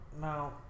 now